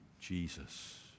Jesus